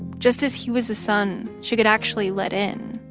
just as he was the son she could actually let in.